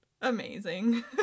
amazing